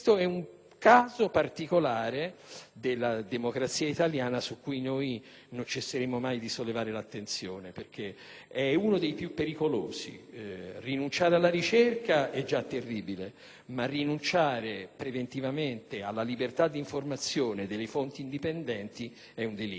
caso particolare della democrazia italiana su cui non cesseremo mai di sollevare l'attenzione perché è uno dei più pericolosi: rinunciare alla ricerca è già terribile, ma rinunciare preventivamente alla libertà di informazione delle fonti indipendenti è un delitto.